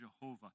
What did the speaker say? Jehovah